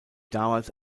damals